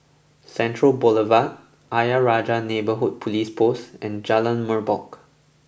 Central Boulevard Ayer Rajah Neighbourhood Police Post and Jalan Merbok